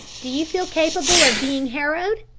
do you feel capable of being harrowed?